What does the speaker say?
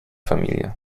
familie